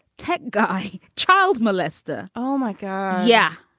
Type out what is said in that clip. tech guy, child molester. oh, my god. yeah.